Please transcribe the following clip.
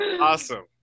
Awesome